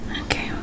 Okay